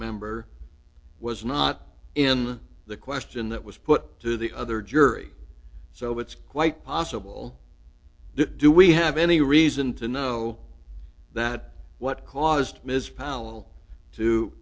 member was not in the question that was put to the other jury so it's quite possible do we have any reason to know that what caused ms powell to